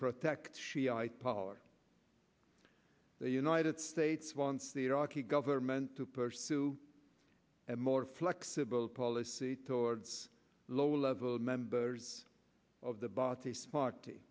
protect shiite power the united states once the iraqi government to pursue a more flexible policy towards lower level members of the